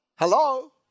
Hello